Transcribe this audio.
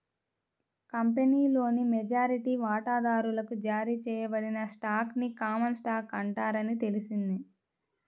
కంపెనీలోని మెజారిటీ వాటాదారులకు జారీ చేయబడిన స్టాక్ ని కామన్ స్టాక్ అంటారని తెలిసింది